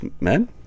men